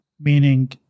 meaning